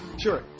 Sure